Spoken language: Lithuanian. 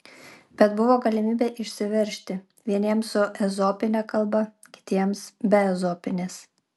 bet buvo galimybė išsiveržti vieniems su ezopine kalba kitiems be ezopinės